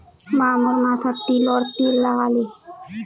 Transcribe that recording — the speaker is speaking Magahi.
माँ मोर माथोत तिलर तेल लगाले